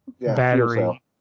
battery